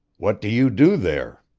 what do you do there?